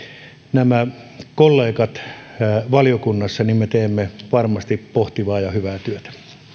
nämä kollegat valiokunnassa me teemme varmasti pohtivaa ja hyvää työtä